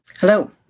hello